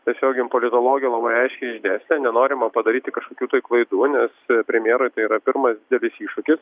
tiesiog jum politologė labai aiškiai išdėstė nenorima padaryti kažkokių tai klaidų nes premjerui tai yra pirmas didelis iššūkis